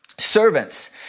Servants